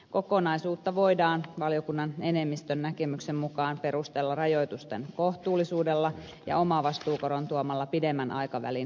kokonaisuutta voidaan valiokunnan enemmistön näkemyksen mukaan perustella rajoitusten kohtuullisuudella ja omavastuukoron tuomalla pidemmän aikavälin varmuudella